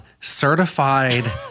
certified